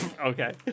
okay